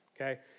Okay